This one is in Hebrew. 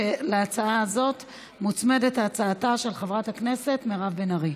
שלהצעה הזאת מוצמדת הצעתה של חברת הכנסת מירב בן ארי.